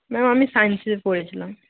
ma'am আমি science নিয়ে পড়েছিলাম